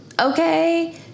okay